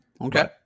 Okay